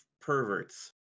perverts